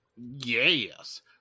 Yes